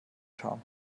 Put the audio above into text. scham